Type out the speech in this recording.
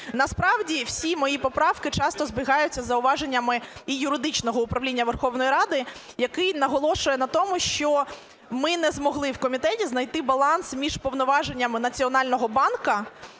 Насправді всі мої поправки часто збігаються із зауваженнями і юридичного управління Верховної Ради, яке наголошує на тому, що ми не змогли в комітеті знайти баланс між повноваженнями Національного банку